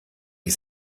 die